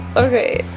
okay